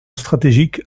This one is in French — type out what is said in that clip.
stratégique